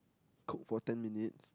cook for ten minutes